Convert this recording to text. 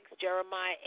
Jeremiah